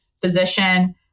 Physician